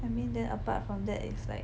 I mean then apart from that it's like